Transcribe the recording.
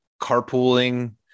carpooling